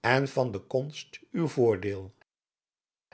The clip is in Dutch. en van de konst uw voordeel